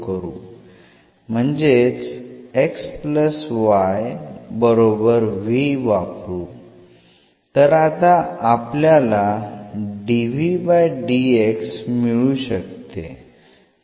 म्हणजेच वापरू तर आता आपल्याला मिळू शकते